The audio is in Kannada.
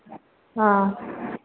ಹಾಂ